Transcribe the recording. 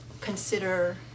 consider